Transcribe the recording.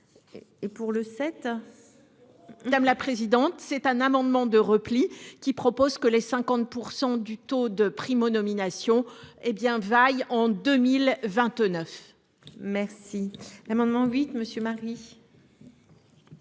Et pour le sept. Madame la présidente, c'est un amendement de repli qui propose que les 50% du taux de Primo nominations hé bien vague en 2029. Merci l'amendement huit monsieur Marie.